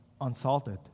unsalted